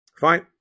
Fine